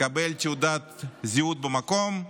מקבל תעודת זהות במקום,